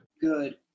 Good